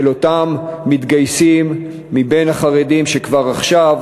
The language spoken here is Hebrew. אותם מתגייסים מבין החרדים שכבר עכשיו